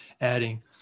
adding